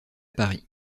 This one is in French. paris